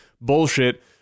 bullshit